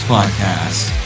Podcast